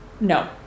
No